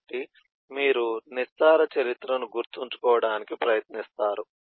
కాబట్టి మీరు నిస్సార చరిత్రను గుర్తుంచుకోవడానికి ప్రయత్నిస్తారు